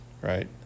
Right